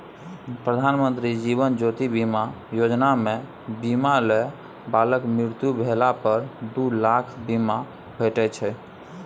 प्रधानमंत्री जीबन ज्योति बीमा योजना मे बीमा लय बलाक मृत्यु भेला पर दु लाखक बीमा भेटै छै